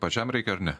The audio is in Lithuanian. pačiam reikia ar ne